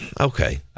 Okay